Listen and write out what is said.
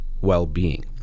well-being